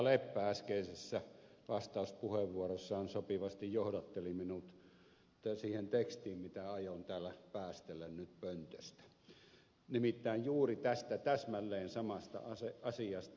leppä äskeisessä vastauspuheenvuorossaan sopivasti johdatteli minut siihen tekstiin mitä aion täällä päästellä nyt pöntöstä nimittäin juuri tästä täsmälleen samasta asiasta